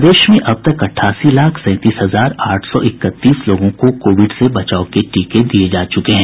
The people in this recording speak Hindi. प्रदेश में अब तक अठासी लाख सैंतीस हजार आठ सौ इकतीस लोगों को कोविड से बचाव के टीके दिये जा चुके हैं